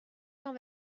cent